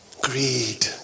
Greed